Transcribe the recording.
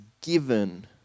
given